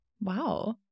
Wow